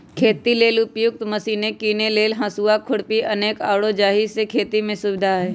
खेती लेल उपयुक्त मशिने कीने लेल हसुआ, खुरपी अनेक आउरो जाहि से खेति में सुविधा होय